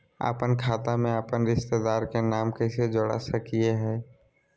अपन खाता में अपन रिश्तेदार के नाम कैसे जोड़ा सकिए हई?